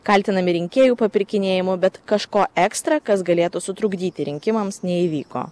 kaltinami rinkėjų papirkinėjimu bet kažko ekstra kas galėtų sutrukdyti rinkimams neįvyko